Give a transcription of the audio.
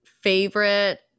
Favorite